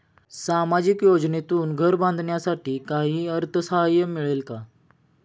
सामाजिक योजनेतून घर बांधण्यासाठी काही अर्थसहाय्य मिळेल का?